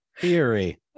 Theory